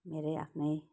मेरै आफ्नै